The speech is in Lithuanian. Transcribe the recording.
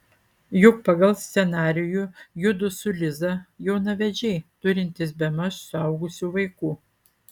juk pagal scenarijų judu su liza jaunavedžiai turintys bemaž suaugusių vaikų